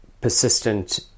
persistent